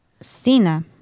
Sina